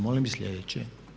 Molim sljedeće.